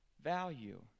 value